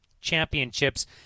championships